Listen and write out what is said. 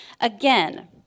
Again